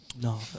No